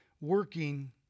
working